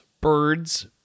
birds